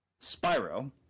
Spyro